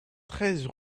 treize